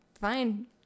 fine